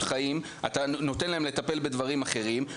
חיים ונותן להם לטפל בדברים אחרים,